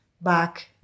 back